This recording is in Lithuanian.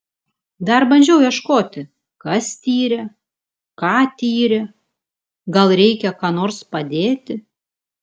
dar bandžiau ieškoti kas tyrė ką tyrė gal reikia ką nors padėti